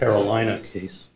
carolina case